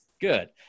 Good